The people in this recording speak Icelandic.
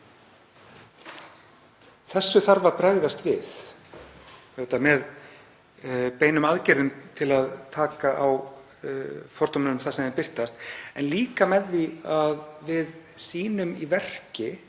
Þessu þarf auðvitað að bregðast við með beinum aðgerðum, til að taka á fordómum þar sem þeir birtast, en líka með því að við sýnum í verki,